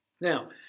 Now